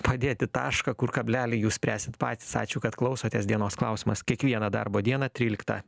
padėti tašką kur kablelį jūs spręsit patys ačiū kad klausotės dienos klausimas kiekvieną darbo dieną tryliktą